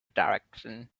direction